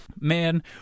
Man